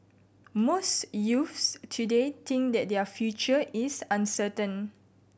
most youths today think that their future is uncertain